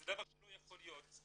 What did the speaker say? זה דבר שלא יכול להיות.